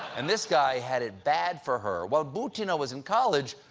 and this guy had it bad for her. while butina was in college,